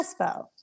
Espo